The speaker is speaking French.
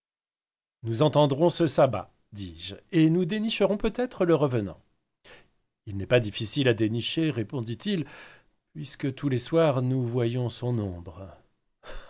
nous entendrons ce sabat dis-je et nous dénicherons peut-être le revenant il n'est pas difficile à dénicher répondit-il puisque tous les soirs nous voyons son ombre